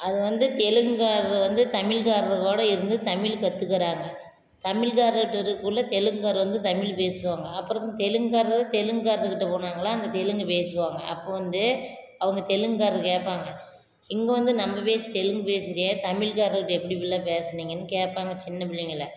அது வந்து தெலுங்காரர் வந்து தமிழ்காரர்களோட இருந்து தமிழ் கற்றுக்கிறாங்க தமிழ்காரர்கிட்ட இருக்கக்குள்ளே தெலுங்காரர் வந்து தமிழ் பேசுவாங்க அப்புறம் தெலுங்காரர் தெலுங்காரருக்கிட்டே போனாங்கன்னா அங்கே தெலுங்கு பேசுவாங்க அப்போ வந்து அவங்க தெலுங்குகாரர் கேட்பாங்க இங்கே வந்த நம்ம பேசி தெலுங்கு பேசுறியே தமிழ்காரர்ட்ட எப்படி இப்படியெல்லாம் பேசுனீங்க கேட்பாங்க சின்னப்பிள்ளைங்களில்